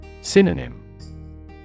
Synonym